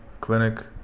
clinic